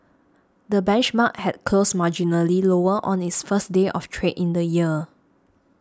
the benchmark had closed marginally lower on its first day of trade in the year